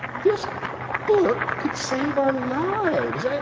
this book could save our lives. yeah